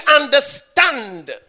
understand